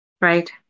Right